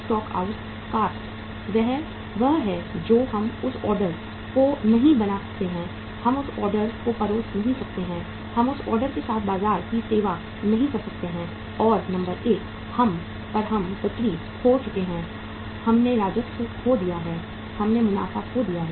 stock out cost वह है जो हम उस ऑर्डर को नहीं बना सकते हैं हम उस ऑर्डर को परोस नहीं सकते हैं हम उस ऑर्डर के साथ बाजार की सेवा नहीं कर सकते हैं और नंबर एक पर हम बिक्री खो चुके हैं हमने राजस्व खो दिया है हमने मुनाफा खो दिया है